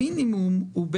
המינימום הוא,